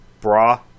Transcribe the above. bra